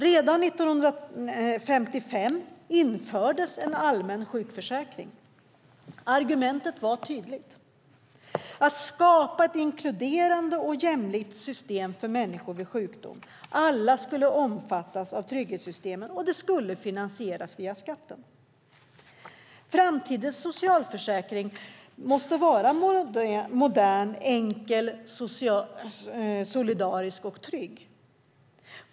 Redan 1955 infördes en allmän sjukförsäkring. Argumentet var tydligt, nämligen att skapa ett inkluderande och jämlikt system för människor vid sjukdom. Alla skulle omfattas av trygghetssystemen och de skulle finansieras via skatten. Framtidens socialförsäkring måste vara modern, enkel, solidarisk och trygg.